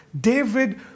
David